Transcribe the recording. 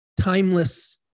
timeless